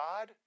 God